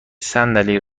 صندلی